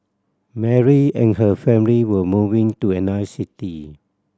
Mary and her family were moving to another city